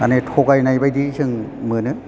मानि थगायनाय बायदि जों मोनो